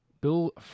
Bill